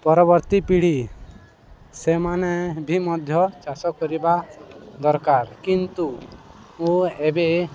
ପରବର୍ତ୍ତୀ ପିଢ଼ି ସେମାନେ ବି ମଧ୍ୟ ଚାଷ କରିବା ଦରକାର କିନ୍ତୁ ମୁଁ ଏବେ